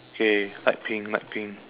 okay light pink light pink